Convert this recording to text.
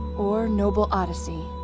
or noble odyssey.